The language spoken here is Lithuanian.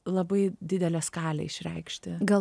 labai didelę skalę išreikšti